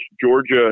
Georgia